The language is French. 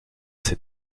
ses